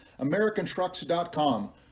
americantrucks.com